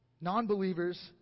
non-believers